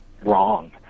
wrong